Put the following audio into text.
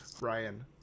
Ryan